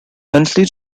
huntly